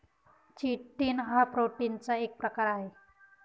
chitin हा प्रोटीनचा एक प्रकार आहे